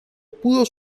pudo